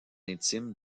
intimes